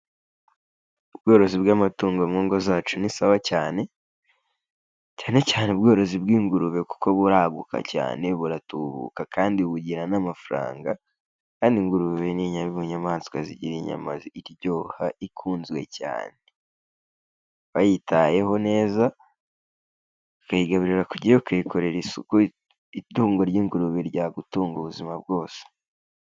Ubworozi bw'amatungo mu ngo zacu ni sawa cyane, cyane cyane ubworozi bw'ingurube kuko buraguka cyane buratubuka kandi bugira n'amafaranga kandi ingurube ni imwe mu nyamaswa zigira inyama iryoha ikunzwe cyane, wayitayeho neza ukayigaburira ku gihe, ukuyikorera isuku, itungo ry'ingurube ryagutunga ubuzima bwose.